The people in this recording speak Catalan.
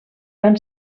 van